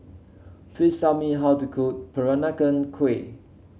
please tell me how to cook Peranakan Kueh